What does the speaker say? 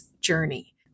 Journey